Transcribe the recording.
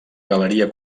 galeria